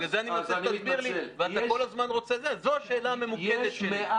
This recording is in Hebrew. זו השאלה הממוקדת שלי.